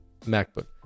MacBook